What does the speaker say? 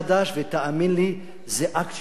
תאמין לי, זה אקט של גדולה.